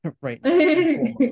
right